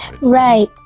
right